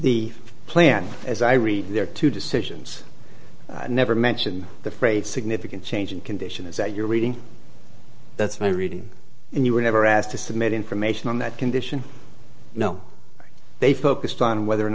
the plan as i read there are two decisions never mention the phrase significant change in condition is that your reading that's my reading and you were never asked to submit information on that condition no they focused on whether or